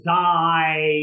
die